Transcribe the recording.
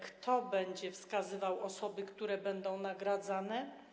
Kto będzie wskazywał osoby, które będą nagradzane?